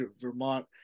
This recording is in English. Vermont